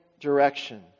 direction